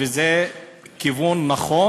וזה כיוון נכון.